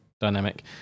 Dynamic